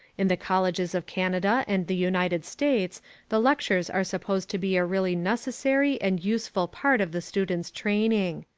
in the colleges of canada and the united states the lectures are supposed to be a really necessary and useful part of the student's training.